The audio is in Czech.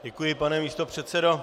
Děkuji, pane místopředsedo.